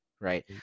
right